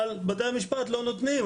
אבל בתי המשפט לא נותנים,